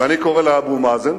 ואני קורא לאבו מאזן,